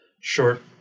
Short